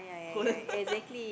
hold